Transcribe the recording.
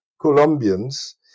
Colombians